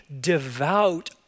devout